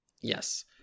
Yes